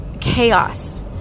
chaos